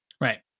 right